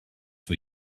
for